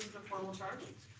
of formal charge.